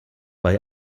bei